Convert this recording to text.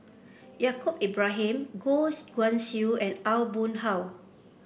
Yaacob Ibrahim Goh Guan Siew and Aw Boon Haw